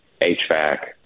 HVAC